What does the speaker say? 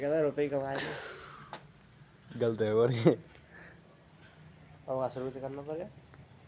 Credit card होने के क्या फायदे हैं?